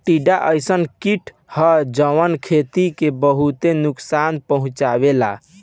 टिड्डा अइसन कीट ह जवन खेती के बहुते नुकसान पहुंचावेला